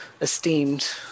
esteemed